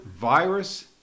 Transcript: virus